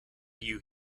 you